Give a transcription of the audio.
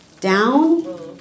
down